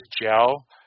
gel